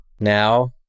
Now